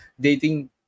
dating